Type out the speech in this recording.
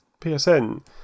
PSN